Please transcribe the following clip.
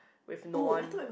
with no one